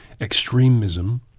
extremism